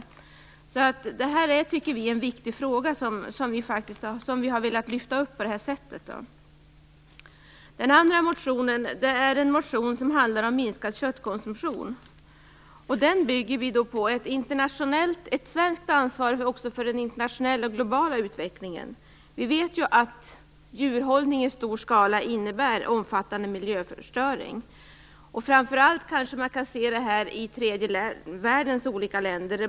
Vi tycker att det här är en viktig fråga, som vi har velat lyfta fram på det här sättet. Den andra motionen handlar om minskad köttkonsumtion. Den bygger vi på ett svenskt ansvar också för den internationella och globala utvecklingen. Vi vet att djurhållning i stor skala innebär omfattande miljöförstöring. Framför allt kan man se detta i tredje världens olika länder.